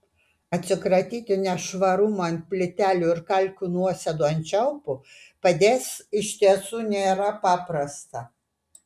atsikratyti nešvarumų ant plytelių ir kalkių nuosėdų ant čiaupų padės iš tiesų nėra paprasta